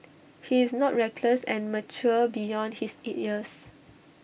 he is not reckless and mature beyond his years